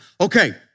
Okay